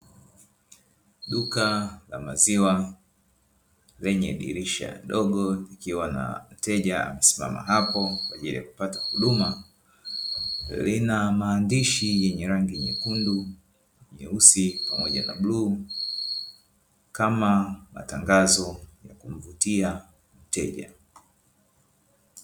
Duka la maziwa lenye dirisha dogo, likiwa na mteja amesimama hapo ili kupata huduma, lina maandishi yenye rangi nyekundu, nyeusi pamoja na bluu kama matangazo ya kumvutia mteja.